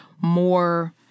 more